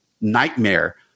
nightmare